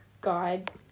guide